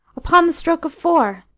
upon the stroke of four.